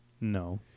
No